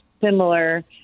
similar